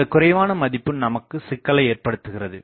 இந்த குறைவான மதிப்பு நமக்கு சிக்கலை ஏற்படுத்துகிறது